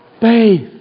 faith